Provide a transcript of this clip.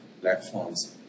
platforms